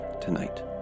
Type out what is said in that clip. tonight